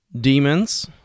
Demons